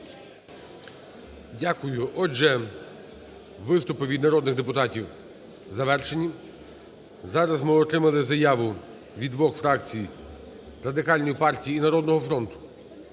Дякую. Отже, виступи від народних депутатів завершені. Зараз ми отримали заяву від двох фракцій – Радикальної партії і "Народного фронту"